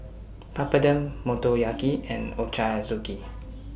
Papadum Motoyaki and Ochazuke